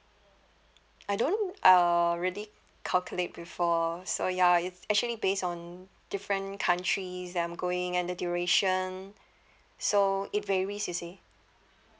I don't uh really calculate before so ya it's actually base on different countries that I'm going and the duration so it varies you see